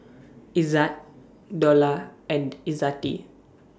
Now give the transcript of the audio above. Izzat Dollah and Izzati